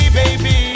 baby